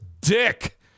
dick